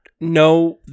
No